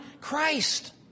Christ